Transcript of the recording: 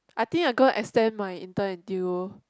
I think I'm going to extend my intern until